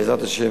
בעזרת השם,